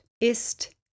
ist